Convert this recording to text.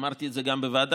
אמרתי את זה גם בוועדה,